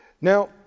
now